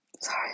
Sorry